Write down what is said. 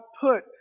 put